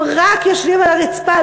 הם רק יושבים על הרצפה,